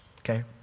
Okay